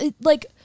like-